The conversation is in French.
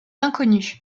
inconnue